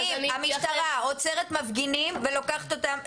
המשטרה עוצרת מפגינים ולוקחת אותם.